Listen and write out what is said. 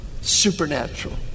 Supernatural